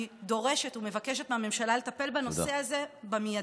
אני דורשת ומבקשת מהממשלה לטפל בנושא הזה במיידי.